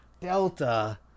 Delta